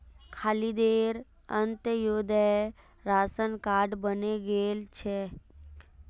खालिदेर Antyodaya ration card बने गेल छेक